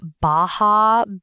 Baja